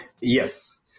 Yes